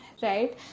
right